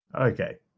Okay